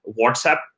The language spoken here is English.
WhatsApp